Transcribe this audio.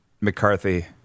McCarthy